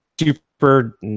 super